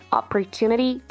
opportunity